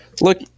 look